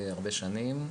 הרבה שנים,